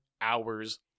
hours